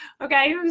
Okay